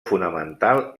fonamental